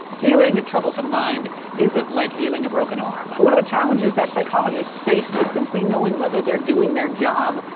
healing a troublesome mind isn't like healing a broken arm. so one of the challenges that psychologists face is simply knowing whether they're doing their job,